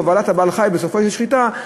הובלת בעל-החיים בסופו לשחיטה,